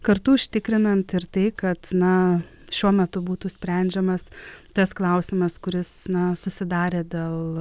kartu užtikrinant ir tai kad na šiuo metu būtų sprendžiamas tas klausimas kuris na susidarė dėl